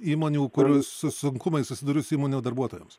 įmonių kurių su sunkumais susidūrusių įmonių darbuotojams